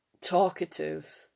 talkative